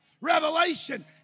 Revelation